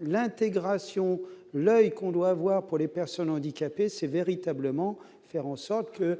l'intégration là et qu'on doit avoir pour les personnes handicapées, c'est véritablement faire en sorte que,